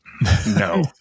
No